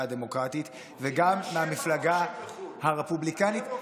הדמוקרטית וגם מהמפלגה הרפובליקנית.